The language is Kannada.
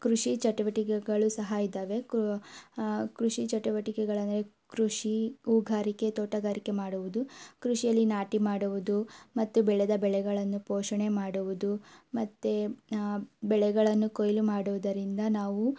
ಕೃಷಿ ಚಟುವಟಿಕೆಗಳು ಸಹ ಇದಾವೆ ಕೃಷಿ ಚಟುವಟಿಕೆಗಳೆಂದರೆ ಕೃಷಿ ಹೂಗಾರಿಕೆ ತೋಟಗಾರಿಕೆ ಮಾಡುವುದು ಕೃಷಿಯಲ್ಲಿ ನಾಟಿ ಮಾಡುವುದು ಮತ್ತು ಬೆಳೆದ ಬೆಳೆಗಳನ್ನು ಪೋಷಣೆ ಮಾಡುವುದು ಮತ್ತು ಬೆಳೆಗಳನ್ನು ಕೊಯ್ಲು ಮಾಡುವುದರಿಂದ ನಾವು